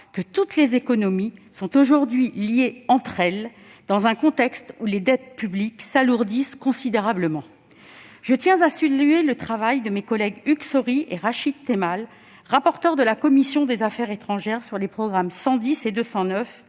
que toutes les économies sont aujourd'hui liées entre elles, dans un contexte où les dettes publiques s'alourdissent considérablement. Je tiens à saluer le travail de mes collègues Hugues Saury et Rachid Temal, rapporteurs pour avis de la commission des affaires étrangères, de la défense et des